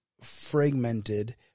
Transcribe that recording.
fragmented